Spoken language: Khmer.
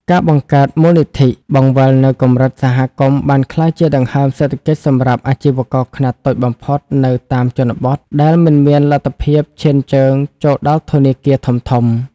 ការបង្កើតមូលនិធិបង្វិលនៅកម្រិតសហគមន៍បានក្លាយជាដង្ហើមសេដ្ឋកិច្ចសម្រាប់អាជីវករខ្នាតតូចបំផុតនៅតាមជនបទ ដែលមិនមានលទ្ធភាពឈានជើងចូលដល់ធនាគារធំៗ។